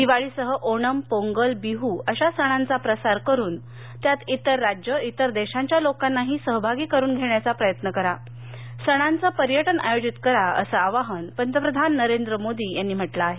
दिवाळीसह ओणम पोंगल बिहू अशा सणांचा प्रसार करून त्यात इतर राज्यं इतर देशांच्या लोकांनाही सहभागी करून घेण्याचा प्रयत्न करा सणांचं पर्यटन आयोजित करा असं आवाहन पंतप्रधान नरेंद्र मोदी यांनी म्हटलं आहे